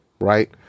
right